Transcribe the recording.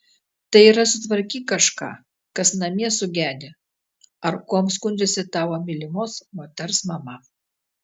tai yra sutvarkyk kažką kas namie sugedę ar kuom skundžiasi tavo mylimos moters mama